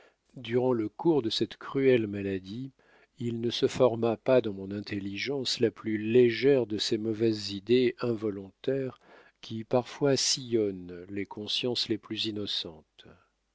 durant le cours de cette cruelle maladie il ne se forma pas dans mon intelligence la plus légère de ces mauvaises idées involontaires qui parfois sillonnent les consciences les plus innocentes